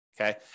Okay